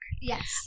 yes